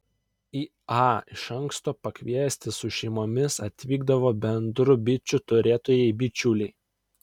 į a iš anksto pakviesti su šeimomis atvykdavo bendrų bičių turėtojai bičiuliai